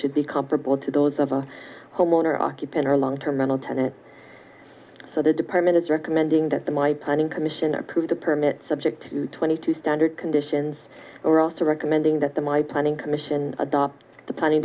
should be comparable to those of a homeowner occupant or long term mental tenant so the department is recommending that the my planning commission approved the permit subject to twenty two standard conditions are also recommending that the my planning commission adopt the planning